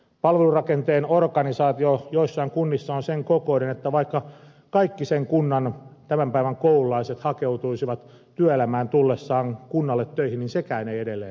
palvelurakenteen organisaatio joissain kunnissa on sen kokoinen että vaikka kaikki sen kunnan tämän päivän koululaiset hakeutuisivat työelämään tullessaan kunnalle töihin niin sekään ei edelleenkään riittäisi